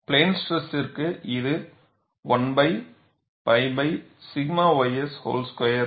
plane ஸ்ட்ரெஸ்ற்கு இது 1 pi 𝛔 ys whole square